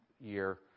year